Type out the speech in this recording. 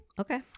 Okay